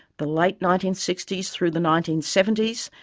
the late nineteen sixty s through the nineteen seventy s,